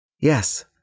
Yes